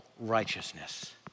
righteousness